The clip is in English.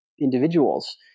individuals